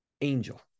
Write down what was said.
angel